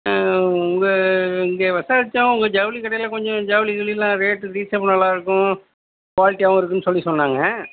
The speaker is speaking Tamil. உங்கள் இங்கே விசாரிச்சோம் உங்கள் ஜவுளி கடையில் கொஞ்சம் ஜவுளி கிவுளிலாம் ரேட்டு ரீசனப்பிலாக இருக்கும் குவாலிட்டியாகவும் இருக்கும் சொல்லி சொன்னாங்கள்